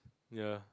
ya